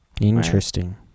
Interesting